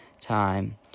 time